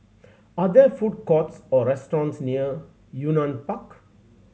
are there food courts or restaurants near Yunnan Park